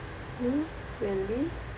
hmm really